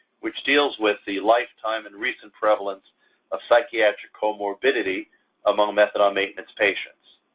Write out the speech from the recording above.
which deals with the lifetime and recent prevalence of psychiatric comorbidity among methadone maintenance patients.